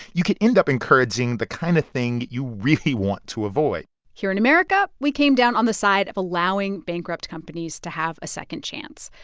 you could end up encouraging the kind of thing you really want to avoid here in america, we came down on the side of allowing bankrupt companies to have a second chance.